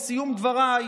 בסיום דבריי,